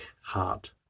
Heart